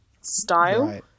style